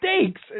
stakes